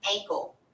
ankle